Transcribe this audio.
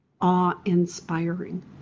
awe-inspiring